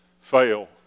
fail